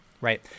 right